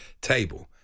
table